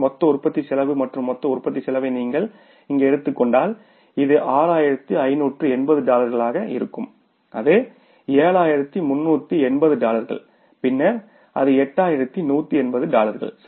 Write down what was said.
மொத்த உற்பத்தி செலவு மற்றும் மொத்த உற்பத்தி செலவை நீங்கள் இங்கு எடுத்துக் கொண்டால் இது 6580 டாலர்களாக இருக்கும் அது 7380 டாலர்கள் பின்னர் அது 8180 டாலர்கள் சரி